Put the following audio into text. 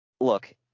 Look